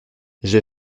j’ai